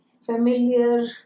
Familiar